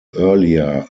earlier